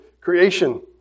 creation